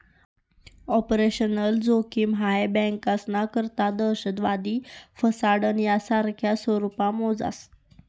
operational जोखिम हाई बँकास्ना करता दहशतवाद, फसाडणं, यासारखा स्वरुपमा मोजास